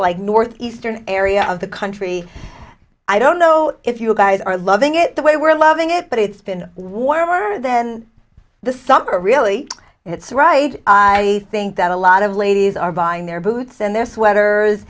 like northeastern area of the country i don't know if you guys are loving it the way we're loving it but it's been warmer than the summer really it's right i think that a lot of ladies are buying their boots and their sweater